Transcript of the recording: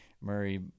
Murray